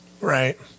Right